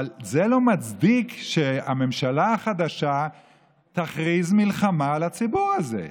אבל זה לא מצדיק שהממשלה החדשה תכריז מלחמה על הציבור הזה.